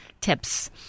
tips